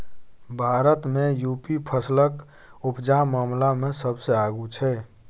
भारत मे युपी फसलक उपजा मामला मे सबसँ आगु छै